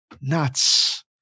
nuts